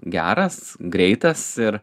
geras greitas ir